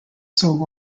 sold